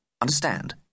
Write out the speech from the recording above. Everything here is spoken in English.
Understand